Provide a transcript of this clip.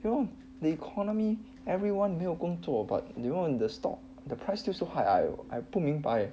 you know the economy everyone 没有工作 but you know the stock the price still so high I 不明白